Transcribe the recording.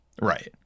Right